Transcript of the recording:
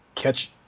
Catch